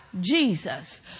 Jesus